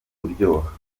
kuryoha